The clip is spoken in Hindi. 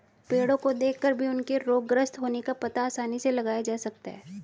पेड़ो को देखकर भी उनके रोगग्रस्त होने का पता आसानी से लगाया जा सकता है